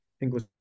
English